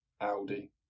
Audi